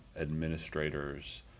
administrators